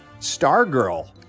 Stargirl